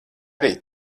arī